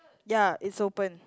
ya it's open